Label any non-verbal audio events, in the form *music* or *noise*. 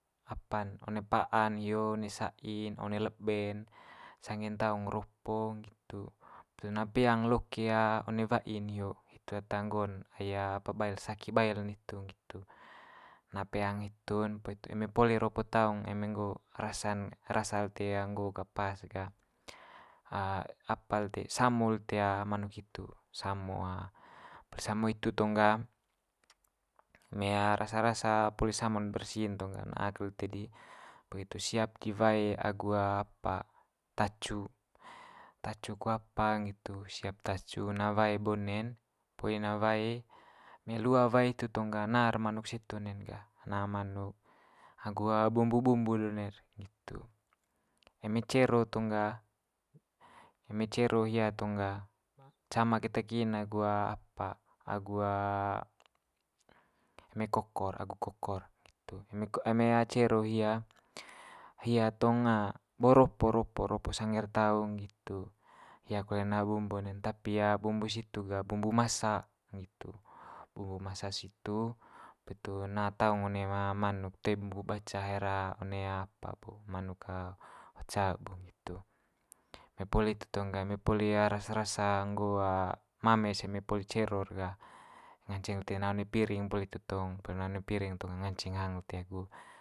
Apa'n one pa'an hio one sai'n, one lebe'n, sangge'n taung ropo nggitu. *unintelligible* na peang loke one wai'n hio, hitu ata nggo'on ai apa bail nitu nggitu. Na peang hitu'n poli hitu eme poli ropo taung eme nggo rasa'n rasa lite nggo ga pas ga *hesitation* apa lite samo lite manuk hitu, samo. Poli samo hitu tong ga eme rasa rasa poli samo'n bersi'n tong ga na'a ket lite di, poli itu siap di wae agu apa tacu, tacu ko apa nggitu siap tacu na wae bone'n poli na wae, eme lua wae hitu tong ga na'r manuk situ one'n ga, na manuk agu bumbu bumbu de one'r, nggitu. Eme cero tong ga, eme cero hia tong ga cama keta kin agu apa agu eme kokor agu kokor nggitu, eme cero hia, hia tong bo ropo ropo ropo sangge'r taung nggitu hia kole na bumbu one'n tapi bumbu situ ga bumbu masa nggitu. Bumbu masa situ poli itu na taong one ma- manuk toe bumbu baca haer one apa bo manuk ho ca bo, nggitu. Eme poli hitu tong ga, eme poli rasa rasa nggo mame's eme poli cero'r ga, nganceng kole lite na one piring, poli itu tong poli na one piring tong nganceng hang lite agu.